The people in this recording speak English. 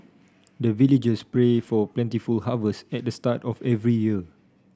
the villagers pray for plentiful harvest at the start of every year